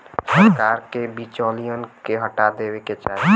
सरकार के बिचौलियन के हटा देवे क चाही